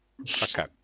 Okay